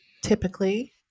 typically